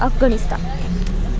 Afghanistan